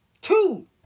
Two